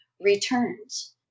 returns